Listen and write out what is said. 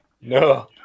No